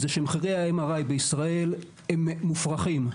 זה שמחירי ה-MRI בישראל הם מופרכים.